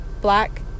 black